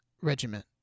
regiment